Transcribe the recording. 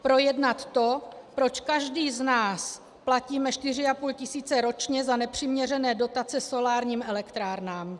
Projednat to, proč každý z nás platíme 4,5 tis. ročně za nepřiměřené dotace solárním elektrárnám.